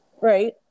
right